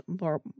more